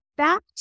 back